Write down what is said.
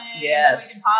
Yes